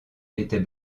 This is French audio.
était